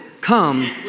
come